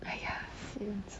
!aiya!